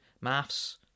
maths